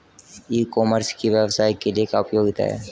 ई commerce की व्यवसाय के लिए क्या उपयोगिता है?